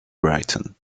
brighton